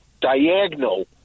diagonal